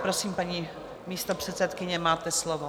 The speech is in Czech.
Prosím, paní místopředsedkyně, máte slovo.